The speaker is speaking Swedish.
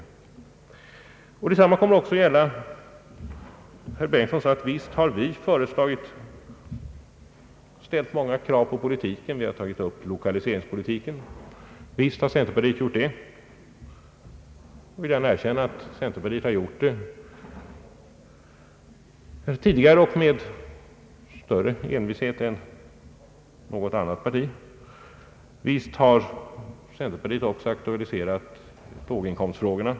Herr Bengtson sade att centerpartiet också ställt många krav på politiken och tagit upp lokaliseringspolitiken. Visst har centerpartiet gjort detta. Jag vill gärna erkänna att centerpartiet har gjort det tidigare och med större envishet än något annat parti. Visst har centerpartiet också aktualiserat låginkomstfrågorna.